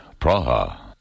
Praha. (